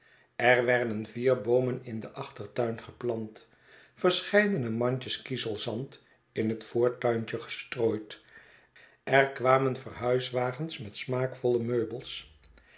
er werden vier boomen in den achtertuin geplant verscheidene mandjes kiezelzand in het voortuintje gestrooid er kwamen verhuiswagens met smaakvolle meubels